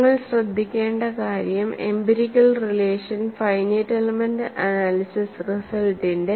നിങ്ങൾ ശ്രദ്ധിക്കേണ്ട കാര്യം empirical relation finite element analysis റിസൾട്ടിന്റെ 0